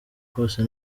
rwose